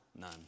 none